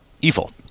evil